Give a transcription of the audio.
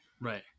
Right